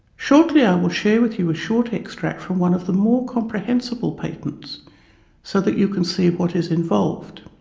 shortly i will share with you a short extract from one of the more comprehensible patents so that you can see what is involved.